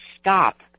stop